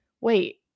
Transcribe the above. Wait